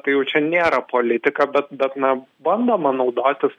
tai jau čia nėra politika bet bet na bandoma naudotis